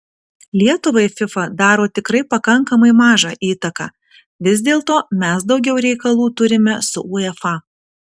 lietuvai fifa daro tikrai pakankamai mažą įtaką vis dėlto mes daugiau reikalų turime su uefa